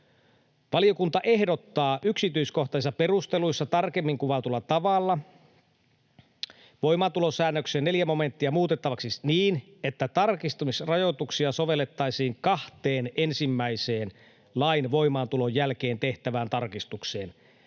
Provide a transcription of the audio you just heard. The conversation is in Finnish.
Valiokunta ehdottaa yksityiskohtaisissa perusteluissa tarkemmin kuvatulla tavalla voimaantulosäännöksen 4 momenttia muutettavaksi niin, että tarkistamisrajoituksia sovellettaisiin kahteen ensimmäiseen lain voimaantulon jälkeen tehtävään tarkistukseen.